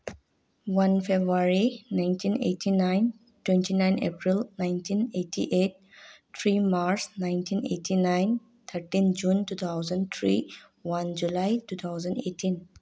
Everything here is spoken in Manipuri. one February nineteen eighty nine twenty nine April nineteen eighty eight three March nineteen eighty nine thirteen June two thousand three one July two thousand eighteen